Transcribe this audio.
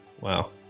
Wow